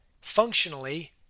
functionally